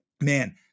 man